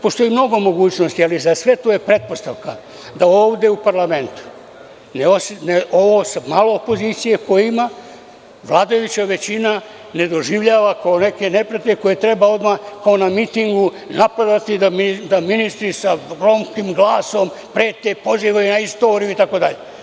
Postoji mnogo mogućnosti, ali za sve to je pretpostavka da ovde u parlamentu, sa ovo malo opozicije koje ima, vladajuća većina ne doživljava kao neke neprijatelje koje treba odmah kao na mitingu napadati, da ministri sa gromkim glasom prete, pozivaju na istoriju, itd.